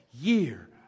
year